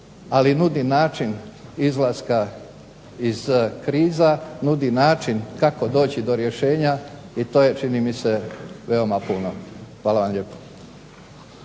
ali nudi način izlaska iz kriza, nudi način kako doći do rješenja i to je čini mi se veoma puno. Hvala vam lijepo.